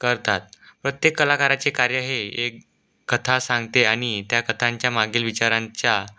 करतात प्रत्येक कलाकाराचे कार्य हे एक कथा सांगते आणि त्या कथांच्या मागील विचारांच्या